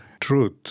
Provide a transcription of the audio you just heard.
truth